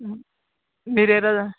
మీరు ఏ రోజు